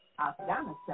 Afghanistan